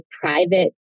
private